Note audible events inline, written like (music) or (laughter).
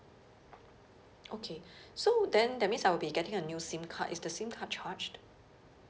okay (breath) so then that means I'll be getting a new sim card is the sim card charged